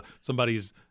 somebody's